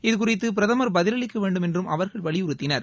இதுகுறித்து பிரதமர் பதிலளிக்க வேண்டும் என்றும் அவர்கள் வலியுறுத்தினர்